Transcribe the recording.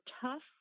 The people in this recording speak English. tough